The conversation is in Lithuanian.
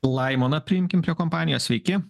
laimoną priimkim prie kompanijos sveiki